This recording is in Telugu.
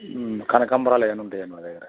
కనకాంబరాలు అవన్నీ ఉంటాయండి మా దగ్గర